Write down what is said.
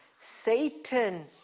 Satan